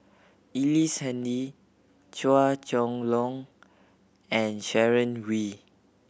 Ellice Handy Chua Chong Long and Sharon Wee